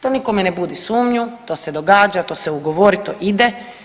To nikome ne budi sumnju, to se događa, to se ugovori, to ide.